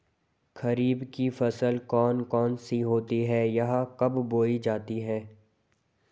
खरीफ की फसल कौन कौन सी होती हैं यह कब बोई जाती हैं?